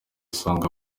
usanga